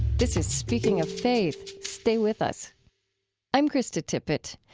this is speaking of faith. stay with us i'm krista tippett.